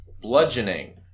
bludgeoning